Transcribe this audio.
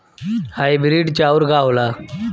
Hybrid चाउर का होला?